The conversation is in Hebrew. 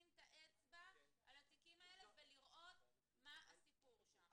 אני רוצה לשים את האצבע על התיקים האלה ולראות מה הסיפור שם.